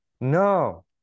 No